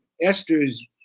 Esther's